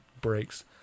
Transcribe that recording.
breaks